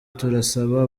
turasaba